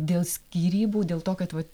dėl skyrybų dėl to kad vat